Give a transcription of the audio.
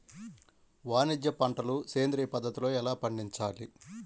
వాణిజ్య పంటలు సేంద్రియ పద్ధతిలో ఎలా పండించాలి?